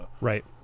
right